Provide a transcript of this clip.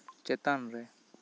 ᱪᱮᱛᱟᱱ ᱨᱮ